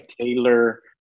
Taylor